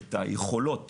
את היכולות